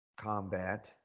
combat